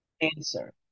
answer